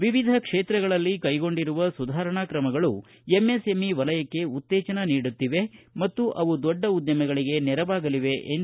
ವಿವಿಧ ಕ್ಷೇತ್ರಗಳಲ್ಲಿ ಕೈಗೊಂಡಿರುವ ಸುಧಾರಣಾ ಕ್ರಮಗಳು ಎಂಎಸ್ಎಂಇ ವಲಯಕ್ಕೆ ಉತ್ತೇಜನ ನೀಡುತ್ತಿವೆ ಮತ್ತು ಅವು ದೊಡ್ಡ ಉದ್ಯಮಗಳಿಗೆ ನೆರವಾಗಲಿವೆ ಎಂದು ಅವರು ಹೇಳಿದರು